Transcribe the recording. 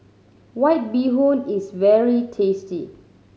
White Bee Hoon is very tasty